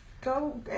Go